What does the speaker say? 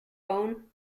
bone